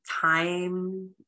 time